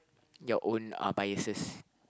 your own uh biases